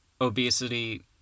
obesity